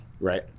Right